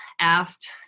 asked